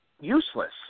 useless